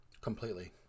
completely